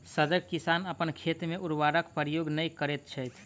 सजग किसान अपन खेत मे उर्वरकक प्रयोग नै करैत छथि